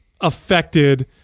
affected